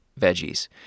veggies